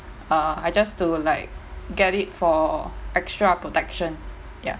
uh I just to like get it for extra protection ya